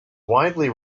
widely